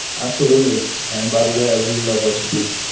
absolutely. and by the way, i really love what you do.